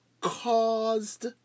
caused